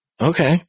Okay